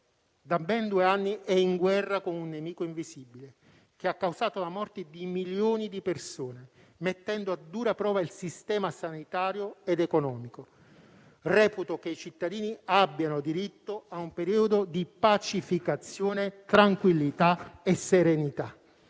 da ben due anni è in guerra con un nemico invisibile, che ha causato la morte di milioni di persone, mettendo a dura prova il sistema sanitario e quello economico. Reputo che i cittadini abbiano diritto a un periodo di pacificazione, tranquillità e serenità.